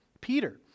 Peter